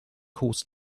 caused